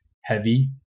heavy